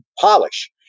polish